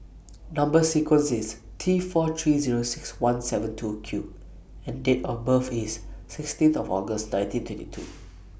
Number sequence IS T four three Zero six one seven two Q and Date of birth IS sixteenth of August nineteen twenty two